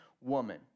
woman